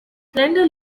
slender